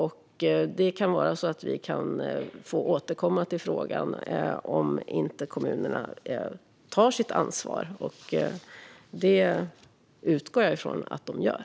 Vi kan få återkomma till frågan om kommunerna inte tar sitt ansvar, men det utgår jag från att de gör.